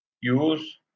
use